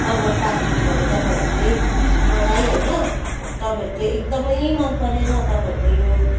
अभर पारिदिनुभयो तपाईँहरूले मलाई होइन तपाईँहरूको एकदमै मन परेन तपाईँहरूको यो